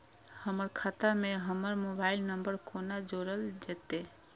हमर खाता मे हमर मोबाइल नम्बर कोना जोरल जेतै?